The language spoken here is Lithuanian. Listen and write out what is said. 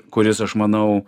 kuris aš manau